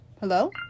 Hello